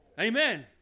Amen